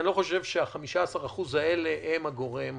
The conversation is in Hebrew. אני לא חושב שה-15% האלה הם הגורם המכריע.